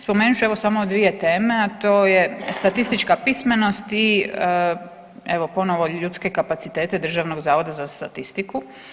Spomenut ću evo samo dvije teme, a to je statistička pismenost i evo ponovo ljudske kapacitete Državnog zavoda za statistiku.